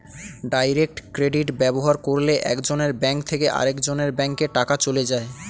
direct credit ব্যবহার করলে একজনের ব্যাঙ্ক থেকে আরেকজনের ব্যাঙ্কে টাকা চলে যায়